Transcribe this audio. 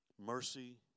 mercy